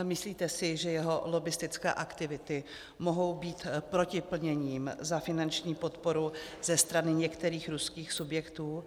Myslíte si, že jeho lobbistické aktivity mohou být protiplněním za finanční podporu ze strany některých ruských subjektů?